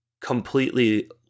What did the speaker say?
completely